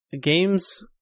games